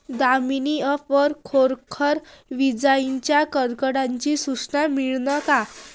Damini app वर खरोखर विजाइच्या कडकडाटाची सूचना मिळन का?